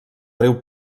riu